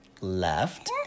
left